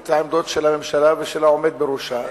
את העמדות של הממשלה ושל העומד בראשה,